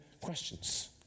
questions